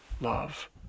love